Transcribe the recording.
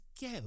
go